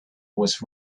was